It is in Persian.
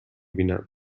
بینم